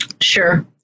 Sure